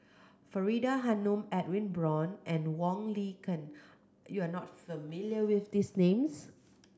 Faridah Hanum Edwin Brown and Wong Li Ken you are not familiar with these names